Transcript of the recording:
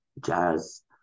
jazz